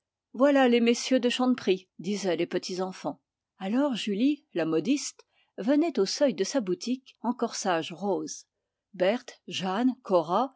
voilà les messieurs de chanteprie disaient les petits enfants alors julie la modiste venait au seuil de sa boutique en corsage rose berthe jeanne cora